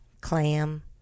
Clam